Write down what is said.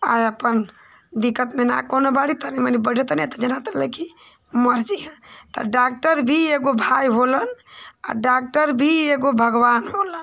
अपन दिक्कत में ना कौनो बाड़ी तनी मनी बड़त ने ते जानत हले कि मर जइहेँ ता डॉक्टर भी एगो भाई होलन डॉक्टर भी एगो भगवान होलन